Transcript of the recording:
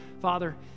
Father